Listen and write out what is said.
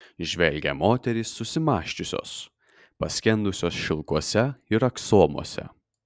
žvelgia moterys susimąsčiusios paskendusios šilkuose ir aksomuose